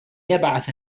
يبعث